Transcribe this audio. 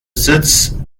sitz